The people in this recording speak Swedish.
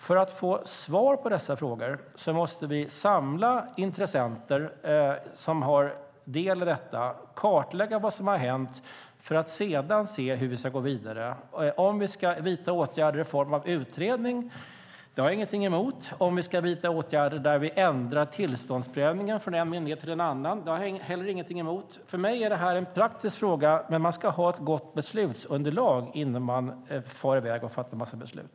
För att få svar på dessa frågor måste vi samla intressenter som har del i detta och kartlägga vad som har hänt för att sedan se hur vi ska gå vidare. Ska vi vidta åtgärder i form av en utredning? Det har jag ingenting emot. Ska vi vidta åtgärder där vi ändrar tillståndsprövningen från en myndighet till en annan? Det har jag heller ingenting emot. För mig är det här en praktisk fråga, men man ska ha ett gott beslutsunderlag innan man fattar en massa beslut.